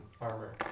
armor